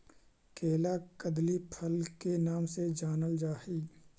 केला कदली फल के नाम से जानल जा हइ